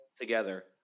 together